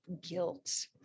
guilt